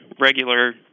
regular